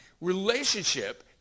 Relationship